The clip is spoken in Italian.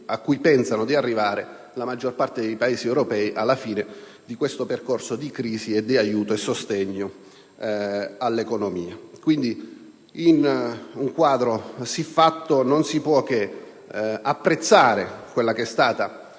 cui pensa di arrivare la maggior parte dei Paesi europei alla fine di questo percorso di crisi, di aiuto e sostegno all'economia. In un quadro siffatto non si può che apprezzare la politica